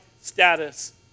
status